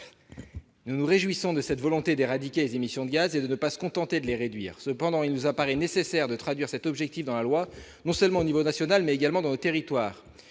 Nous nous réjouissons de cette volonté d'éradiquer les émissions de gaz à effet de serre et de ne pas se contenter de les réduire. Cependant, il nous apparaît nécessaire de traduire cet objectif non seulement au niveau national dans la loi, mais également dans les territoires.